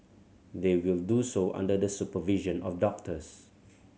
they will do so under the supervision of doctors